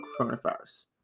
coronavirus